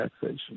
taxation